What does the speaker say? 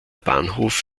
bahnhof